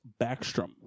Backstrom